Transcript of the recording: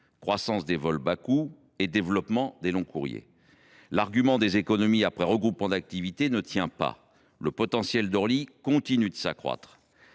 croissance des vols à bas coût et développement des longs courriers. L’argument des économies après regroupement d’activité ne tient pas. Le potentiel d’Orly continue de s’accroître.